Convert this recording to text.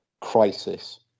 crisis